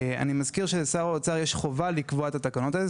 אני מזכיר שלשר האוצר יש חובה לקבוע את התקנות האלה.